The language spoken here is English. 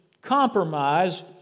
compromise